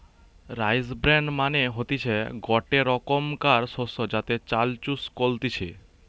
rice bran মানে হতিছে গটে রোকমকার শস্য যাতে চাল চুষ কলতিছে